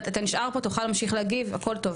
אתה נשאר פה, תוכל להמשיך להגיב, הכול טוב.